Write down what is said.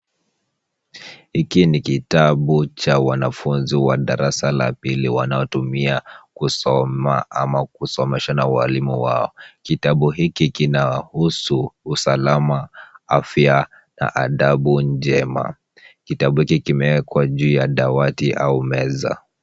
Hiki ni kitabu cha wanafunzi wa darasa la pili wanaotumia kusoma ama kusomeshwa na walimu wao. Kitabu hiki kinahusu usalama, afya na adabu njema. Kitabu hiki kimewekwa juu ya dawati au meza.